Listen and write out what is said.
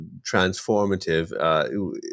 transformative